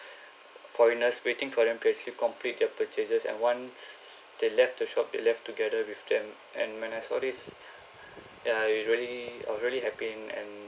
foreigners waiting for them to actually complete their purchases and once they left the shop the left together with them and when I saw this ya it really I was really happy and